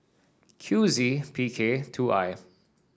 Q Z P K two I